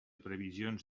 previsions